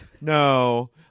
No